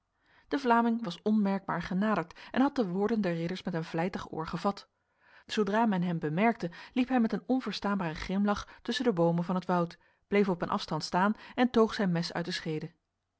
de vlaming was onmerkbaar genaderd en had de woorden der ridders met een vlijtig oor gevat zodra men hem bemerkte liep hij met een onverstaanbare grimlach tussen de bomen van het woud bleef op een afstand staan en toog zijn mes uit de schede